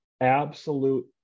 absolute